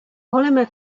polymer